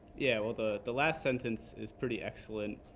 yeah, well the the last sentence is pretty excellent.